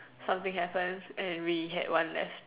something happens and we had one less